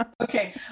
okay